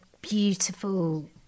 beautiful